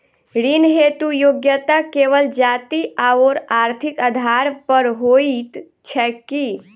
ऋण हेतु योग्यता केवल जाति आओर आर्थिक आधार पर होइत छैक की?